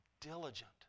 diligent